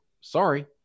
Sorry